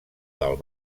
del